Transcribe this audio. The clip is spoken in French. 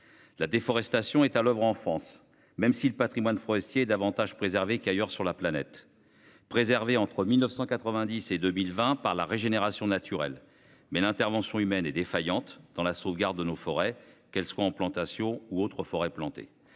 La déforestation est à l'oeuvre en France, même si le patrimoine forestier est davantage préservé qu'ailleurs sur la planète. Il a été préservé, entre 1990 et 2020, par la régénération naturelle. Mais l'intervention humaine est défaillante dans la sauvegarde de nos forêts, qu'elles soient en plantation ou plus anciennes.